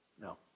No